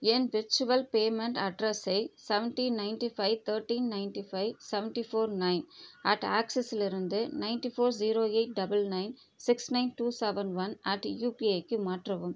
என் virtual payment அட்ரஸை seventy ninety five thirteen ninety five ninety four nine at ஆக்ஸிஸ்லிருந்து ninety four zero eight double nine six nine two seven one at யூபிஐக்கு மாற்றவும்